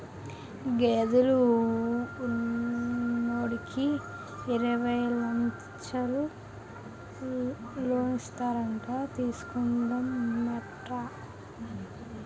గేదెలు ఉన్నోడికి యిరవై లచ్చలు లోనిస్తారట తీసుకుందా మేట్రా